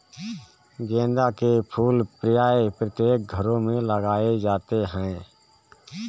गेंदा के फूल प्रायः प्रत्येक घरों में लगाए जाते हैं